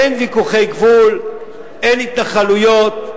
אין ויכוחי גבול, אין התנחלויות.